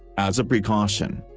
as a precaution.